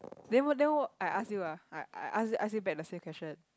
then what then what I ask you ah I I ask you back the same question